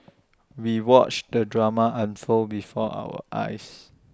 we watched the drama unfold before our eyes